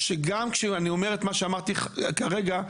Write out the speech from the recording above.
שגם כשאני אומר את מה שאמרתי כרגע,